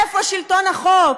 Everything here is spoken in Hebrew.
איפה שלטון החוק?